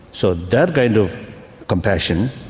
so that kind of compassion,